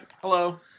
Hello